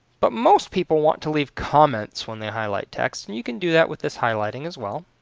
but most people want to leave comments when they highlight text and you can do that with this highlighting as well.